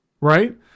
Right